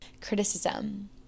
Criticism